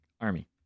army